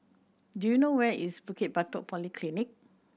do you know where is Bukit Batok Polyclinic